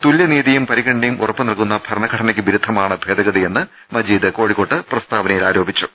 തുല്യനീതിയും പരി ഗണനയും ഉറപ്പ് നൽകുന്ന ഭരണഘടനക്ക് വിരുദ്ധമാണ് ഭേദഗതി യെന്ന് മജീദ് കോഴിക്കോട്ട് പ്രസ്താവനയിൽ ആരോപിച്ചു